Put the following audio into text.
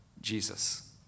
Jesus